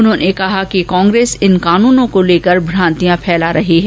उन्होंने कहा कि कांग्रेस इन कानूनो को लेकर भ्रांतियाँ फैला रही है